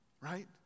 right